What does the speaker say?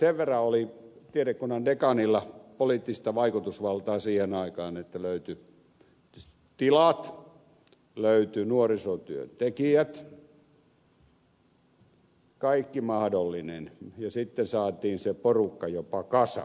sen verran oli tiedekunnan dekaanilla poliittista vaikutusvaltaa siihen aikaan että löytyivät tilat löytyivät nuorisotyöntekijät kaikki mahdollinen ja sitten saatiin se porukka jopa kasaan